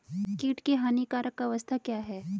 कीट की हानिकारक अवस्था क्या है?